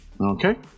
Okay